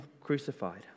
crucified